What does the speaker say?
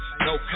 No